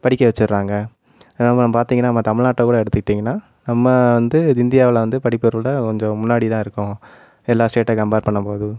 படிக்க வச்சிர்றாங்க அப்புறம் பார்த்தீங்கன்னா நம்ம தமிழ்நாட்டைக்கூட எடுத்துக்கிட்டிங்கன்னால் நம்ம வந்து இது இந்தியாவில் வந்து படிப்பறிவில் கொஞ்சம் முன்னாடிதான் இருக்கோம் எல்லா ஸ்டேட்டை கம்பேர் பண்ணும்போது